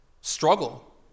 struggle